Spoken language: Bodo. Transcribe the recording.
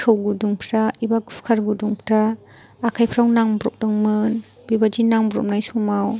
थौ गुदुंफ्रा एबा कुकार गुदुंफ्रा आखाइफ्राव नांब्रबदोंमोन बेबायदि नांब्रबनाय समाव